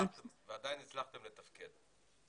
ועדיין הצלחתם לתפקד.